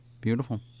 Beautiful